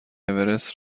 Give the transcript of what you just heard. اورست